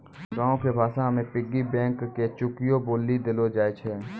गांवो के भाषा मे पिग्गी बैंको के चुकियो बोलि देलो जाय छै